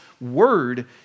word